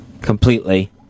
Completely